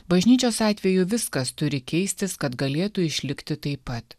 bažnyčios atveju viskas turi keistis kad galėtų išlikti taip pat